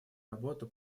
работу